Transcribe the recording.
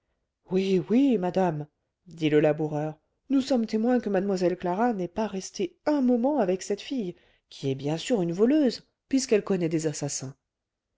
oui oui madame dit le laboureur nous sommes témoins que mlle clara n'est pas restée un moment avec cette fille qui est bien sûr une voleuse puisqu'elle connaît des assassins